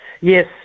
Yes